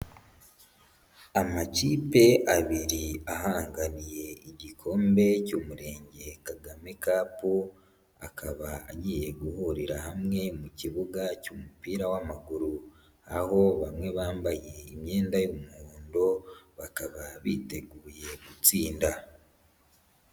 Amakipe abiri ahanganiye igikombe cy'umurenge Kagame cup, akaba agiye guhurira hamwe mu kibuga cy'umupira w'amaguru. Aho bamwe bambaye imyenda y'umuhondo, bakaba biteguye gutsinda.